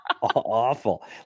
awful